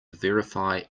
verify